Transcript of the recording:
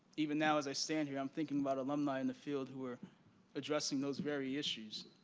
even now, as a stand here, i'm thinking about alumni in the field who are addressing those very issues.